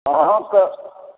अहाँके